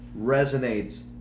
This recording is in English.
resonates